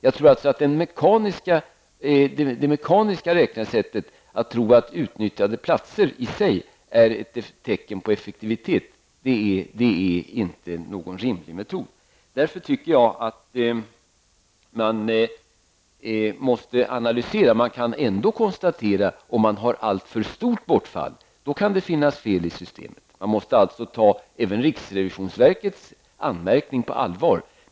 Jag tror alltså att det mekaniska räknesättet, att tro att utnyttjade platser i sig är ett tecken på effektivitet, inte är någon rimlig metod. Därför tycker jag att man måste göra en analys. Om man har alltför stort bortfall kan man ändå konstatera att det kan finnas fel i systemet. Man måste alltså ta även riksrevisionsverkets anmärkning på allvar.